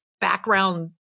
background